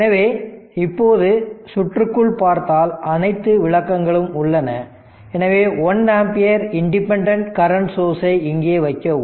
எனவே இப்போது சுற்றுக்குள் பார்த்தால் அனைத்து விளக்கங்களும் உள்ளன எனவே 1 ஆம்பியர் இண்டிபெண்டன்ட் கரண்ட் சோர்ஸ் ஐ இங்கே வைக்கவும்